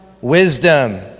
Wisdom